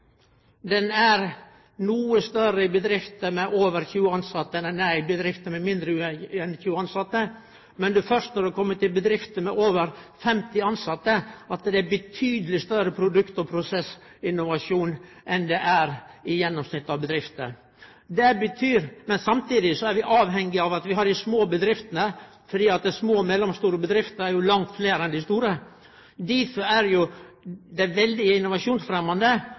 er noko større i bedrifter med over 20 tilsette enn i bedrifter med færre enn 20 tilsette. Men det er først når ein kjem til bedrifter med over 50 tilsette, at det er betydeleg større produkt- og prosessinnovasjon enn i gjennomsnittet av bedrifter. Samtidig er vi avhengige av at vi har dei små bedriftene, for små og mellomstore bedrifter er det jo langt fleire av enn dei store. Difor er det veldig innovasjonsfremmande